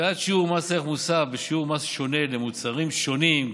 קביעת שיעור מס ערך מוסף בשיעור מס שונה למוצרים שונים,